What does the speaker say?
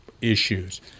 issues